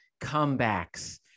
comebacks